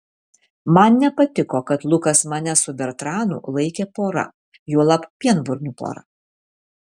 man nepatiko kad lukas mane su bertranu laikė pora juolab pienburnių pora